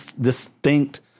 distinct